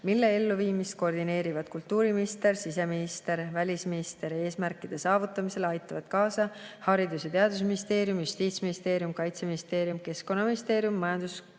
mille elluviimist koordineerivad kultuuriminister, siseminister ja välisminister. Eesmärkide saavutamisele aitavad kaasa Haridus‑ ja Teadusministeerium, Justiitsministeerium, Kaitseministeerium, Keskkonnaministeerium, Majandus‑